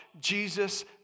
Jesus